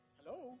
Hello